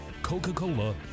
Coca-Cola